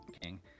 King